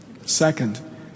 Second